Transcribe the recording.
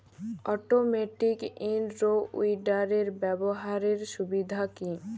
Automatic in row উইডারের ব্যবহারের সুবিধা কি?